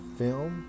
film